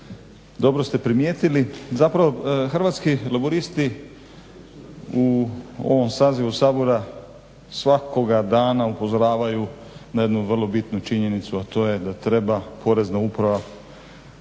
dobro ste primijetili, zapravo Hrvatski laburisti u ovom sazivu Sabora svakoga dana upozoravaju na jednu vrlo bitnu činjenicu a to je da treba Porezna uprava,